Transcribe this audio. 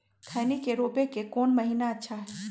खैनी के रोप के कौन महीना अच्छा है?